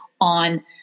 on